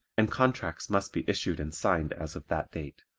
and contracts must be issued and signed as of that date.